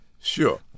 Sure